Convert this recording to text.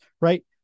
right